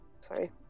sorry